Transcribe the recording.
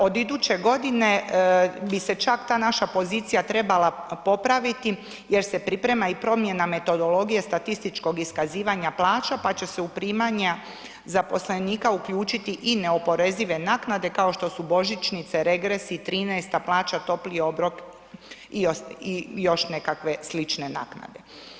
Od iduće godine bi se čak ta naša pozicija trebala popraviti jer se priprema i promjena metodologije statističkog iskazivanja plaća pa će se u primanja zaposlenika uključiti i neoporezive naknade kao što su božićnice, regresi i 13.-ta plaća, topli obrok i još nekakve slične naknade.